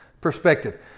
perspective